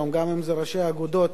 אם זה ראשי האגודות,